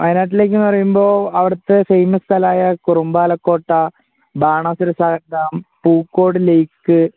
വയനാട്ടിലേക്കെന്ന് പറയുമ്പോള് അവിടുത്തെ ഫേമസ് സ്ഥലമായ കുറുമ്പാലകോട്ട ബാണാസുര സാഗർ ഡാം പുക്കോട് ലേക്ക്